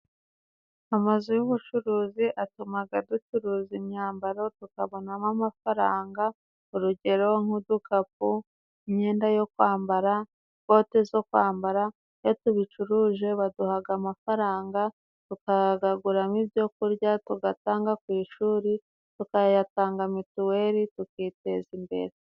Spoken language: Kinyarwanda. Amazu y'ubucuruzi atumaga ducuruza imyambaro tukabonamo amafaranga urugero nk'udukapu imyenda yo kwambara ikote zo kwambara iyo tubicuruje baduhaga amafaranga tukagaguramo ibyo kurya tugatanga ku ishuri tukayatanga mituweli tukiteza imbere.